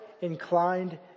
inclined